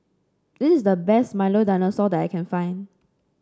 this is the best Milo Dinosaur that I can find